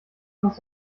was